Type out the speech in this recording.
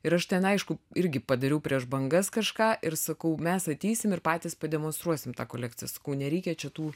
ir aš ten aišku irgi padariau prieš bangas kažką ir sakau mes ateisim ir patys pademonstruosim tą kolekciją sakau nereikia čia tų